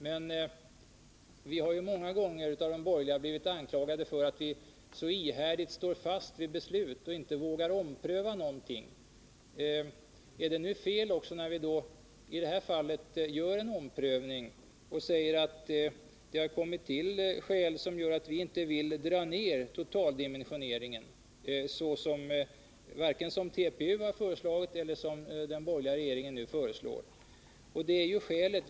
Men vi har många gånger av de borgerliga klandrats för att vi så ihärdigt står fast vid beslut och inte vågar ompröva någonting. Är det nu också fel när vi i detta fall gör en omprövning och säger att det har kommit till skäl som gör att vi inte vill dra ned totaldimensioneringen vare sig som TPU har föreslagit eller som den borgerliga regeringen nu föreslår?